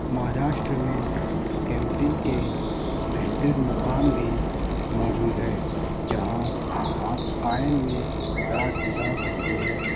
مہاراشٹر میں کیمپنگ کے بہترین مقام بھی موجود ہے جہاں آپ قائم میں رات گزار سکتے ہیں